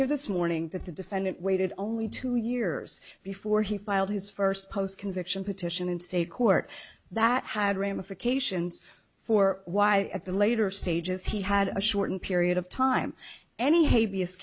here this morning that the defendant waited only two years before he filed his first post conviction petition in state court that had ramifications for why at the later stages he had a shortened period of time any hay